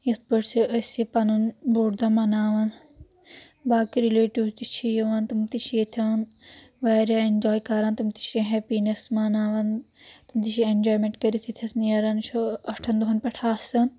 یتھ پٲٹھۍ چھِ أسۍ یہِ پَنُن بۆڑ دۄہ مناوان باقی رِلیٹوز تہِ چھِ یوان تم تہِ چھِ ییٚتٮ۪ن واریاہ اؠنجاے کران تم تہِ چھِ ہؠپینؠس مناوان تم تہِ چھِ اؠنجایمنٹ کرتھ یؠتہِ نَس نیران یہِ چھ ٲٹھن دۄہن پؠٹھ آسان